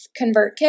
ConvertKit